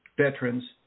veterans